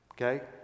okay